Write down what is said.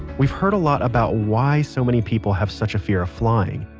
we've heard a lot about why so many people have such a fear of flying.